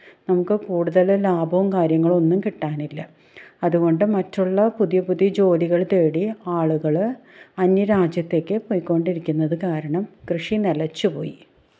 നമുക്ക് കൂടുതൽ ലാഭവും കാര്യങ്ങളോ ഒന്നും കിട്ടാനില്ല അതുകൊണ്ട് മറ്റുള്ള പുതിയ പുതിയ ജോലികള് തേടി ആളുകൾ അന്യരാജ്യത്തേക്ക് പോയ്ക്കൊണ്ടിരിക്കുന്നത് കാരണം കൃഷി നിലച്ചു പോയി